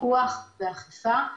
פיקוח ואכיפה.